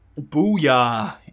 Booyah